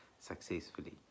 successfully